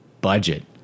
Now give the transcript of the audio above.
budget